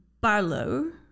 barlow